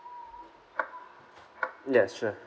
yes sure